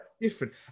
different